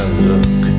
look